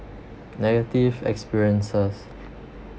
negative experiences